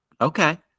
okay